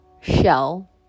shell